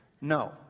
No